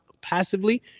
passively